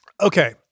Okay